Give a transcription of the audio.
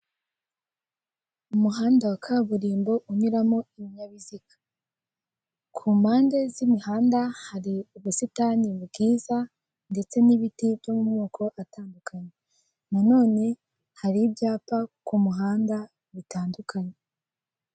Umuhanda wa kaburimbo unyuramo ibinyabiziga. Ku mpande z'imihanda hari ubusitani bwiza ndetse n'ibiti byo mu moko atandukanye. Nanone hari ibyapa ku muhanda bitandukanye.